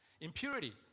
Impurity